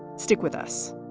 stick with us